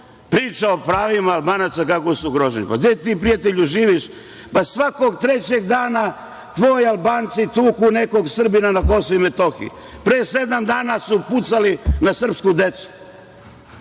priča o pravima Albanaca kako su ugroženi. Gde ti, prijatelju, živiš? Pa svakog trećeg dana tvoji Albanci tuku nekog Srbina na Kosovu i Metohiji. Pre sedam dana su pucali na srpsku decu.